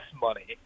money